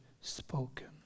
spoken